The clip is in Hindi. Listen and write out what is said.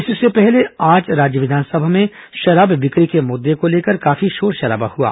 इससे पहले आज राज्य विधानसभा में शराब बिक्री के मुद्दे को लेकर काफी शोरशराबा हुआ